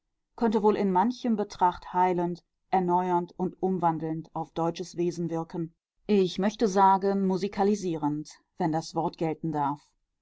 könnte wohl in manchem betracht heilend erneuernd und umwandelnd auf deutsches wesen wirken ich möchte sagen musikalisierend wenn das wort gelten darf